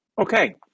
Okay